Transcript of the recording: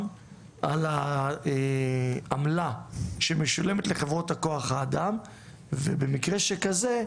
על העמלה שמשולמת לחברות כוח האדם ובמקרה שכזה,